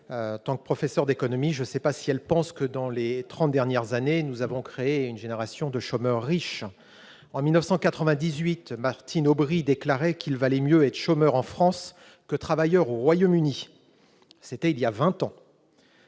tant, professeur d'économie, je sais pas si elle pense que dans les 30 dernières années, nous avons créé une génération de chômeurs riche en 1998 Martine Aubry déclarait qu'il valait mieux être chômeur en France que travailleur au Royaume-Uni, c'était il y a 20 ans.